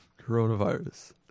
coronavirus